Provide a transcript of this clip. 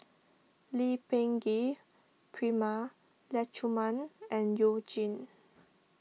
Lee Peh Gee Prema Letchumanan and You Jin